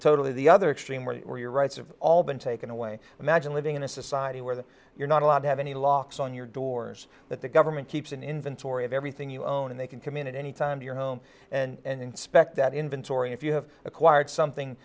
otally the other extreme where your rights of all been taken away imagine living in a society where you're not allowed to have any locks on your doors that the government keeps an inventory of everything you own and they can commune in any time to your home and inspect that inventory if you have acquired something